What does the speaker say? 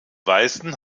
weißen